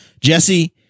Jesse